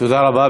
תודה רבה.